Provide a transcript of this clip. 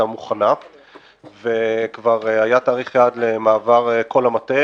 מוכנה והיה כבר תאריך יעד למעבר של כל המטה,